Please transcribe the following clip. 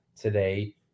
today